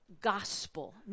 gospel